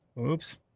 Oops